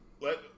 let